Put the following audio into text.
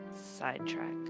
sidetrack